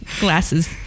Glasses